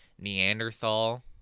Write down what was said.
neanderthal